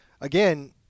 again